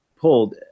pulled